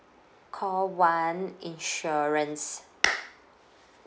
call one insurance